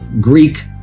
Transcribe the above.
Greek